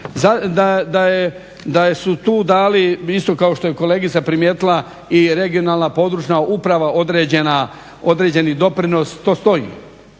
se ne razumije./… kao što je kolegica primijetila i regionalna područna uprava određeni doprinos, to stoji.